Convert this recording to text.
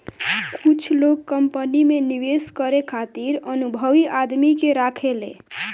कुछ लोग कंपनी में निवेश करे खातिर अनुभवी आदमी के राखेले